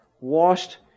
washed